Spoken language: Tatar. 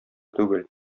түгел